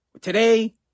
today